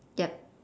yup